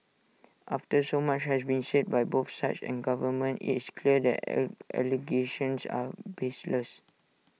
after so much has been said by both sides and government IT is clear that allegations are baseless